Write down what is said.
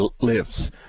lives